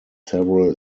several